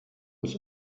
was